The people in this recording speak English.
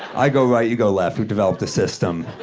i go right, you go left. we've developed a system.